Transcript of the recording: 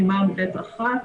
סימן ב1,